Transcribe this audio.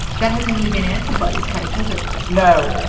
that hasn't really been answered by this case, has it. no,